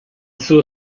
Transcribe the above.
suo